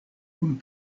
kun